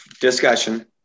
Discussion